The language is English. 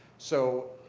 so,